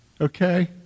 Okay